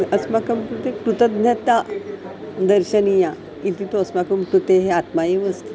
अस्माकं कृते कृतज्ञता दर्शनीया इति तु अस्माकं कृतेः आत्मा एव अस्ति